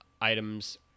items